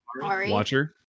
Watcher